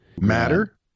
Matter